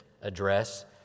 address